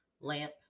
lamp